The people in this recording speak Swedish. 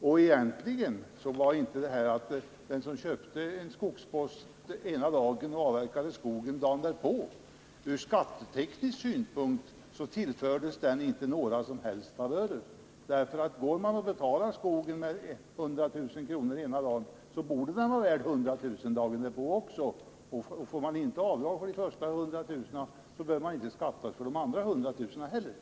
Egentligen innebar det system som Stig Josefson talade om, nämligen att en person kunde köpa en skogsfastighet ena dagen och avverka skogen den andra dagen, ur skatteteknisk synpunkt inte att den personen fick några som helst favörer. Betalar man skogen med 100 000 kr. ena dagen, så bör den vara värd 100 000 kr. dagen därpå också. Får man inte göra avdrag för de första 100 000 kr., så bör man inte skatta för de andra 100 000 kr. heller.